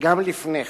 וגם לפני כן,